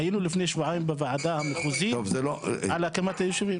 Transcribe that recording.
והיינו לפני שבועיים בוועדה המחוזית על הקמת הישובים.